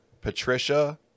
Patricia